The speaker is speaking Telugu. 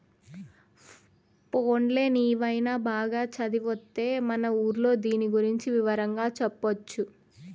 పోన్లే నీవైన బాగా చదివొత్తే మన ఊర్లో దీని గురించి వివరంగా చెప్పొచ్చు